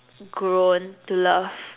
grown to love